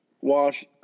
wash